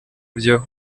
byo